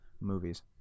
movies